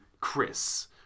Chris